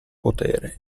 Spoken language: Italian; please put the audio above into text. potere